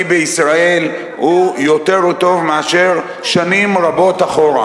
בישראל יותר טוב מאשר שנים רבות אחורה.